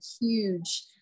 huge